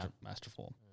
masterful